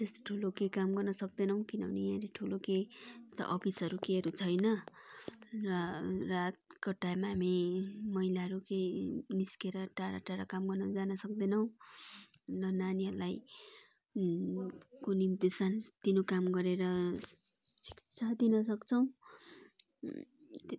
त्यस्तो ठुलो केही काम गर्न सक्दैनौँ किनभने यहाँरि ठुलो केही त अफिसहरू केहरू छैन र रातको टाइममा हामी महिलाहरू केही निस्किएर टाढा टाढा काम गर्न जान सक्दैनौँ न नानीहरूलाई को निम्ति सानोतिनो काम गरेर शिक्षा दिन सक्छौँ